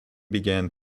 began